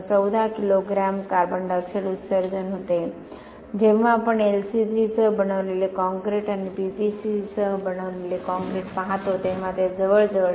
14 kilogram carbon dioxide उत्सर्जन होते जेव्हा आपण LC3 सह बनविलेले काँक्रीट आणि PPC सह बनविलेले काँक्रीट पाहतो तेव्हा ते जवळजवळ 0